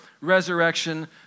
Resurrection